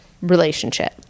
relationship